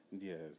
Yes